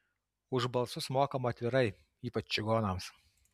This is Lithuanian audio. už balsus mokama atvirai ypač čigonams